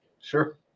Sure